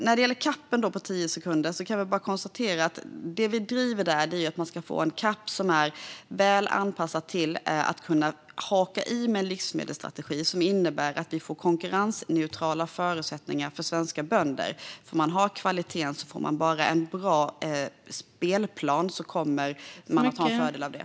Jag har nu tio sekunder att svara på frågan om CAP:en. Det vi driver är att man ska få en CAP som är väl anpassad till att kunna haka i med en livsmedelsstrategi som innebär att vi får konkurrensneutrala förutsättningar för svenska bönder. Man har kvaliteten. Får man bara en bra spelplan kommer man att ha fördel av det.